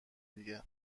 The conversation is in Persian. دیگه